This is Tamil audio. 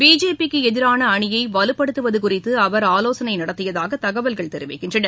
பிஜேபி க்கு எதிரான அணியை வலுப்படுத்துவது குறித்து அவர் ஆலோசனை நடத்தியதாக தகவல்கள் தெரிவிக்கின்றன